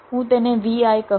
હું તેને Vi કહું છું